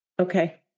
okay